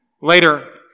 Later